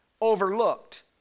overlooked